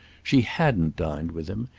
she hadn't dined with him,